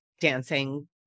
dancing